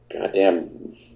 goddamn